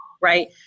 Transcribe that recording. right